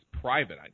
private